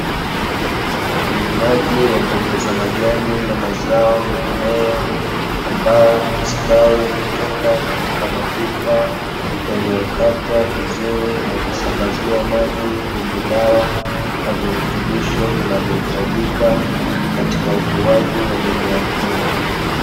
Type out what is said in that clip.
Ulimaji wa mboga za majani na mazao mengineyo, ambayo hustawi kutoka katika mapipa yaliyokatwa vizuri na kusambaziwa maji yenye dawa na virutubisho, vinavyohitajika katika ukuaji wa mimea hiyo.